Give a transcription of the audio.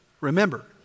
remember